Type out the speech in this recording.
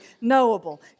knowable